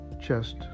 chest